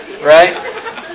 Right